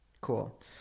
cool